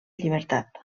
llibertat